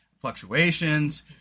fluctuations